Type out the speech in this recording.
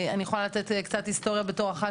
אני יכולה לתת קצת היסטוריה בתור אחת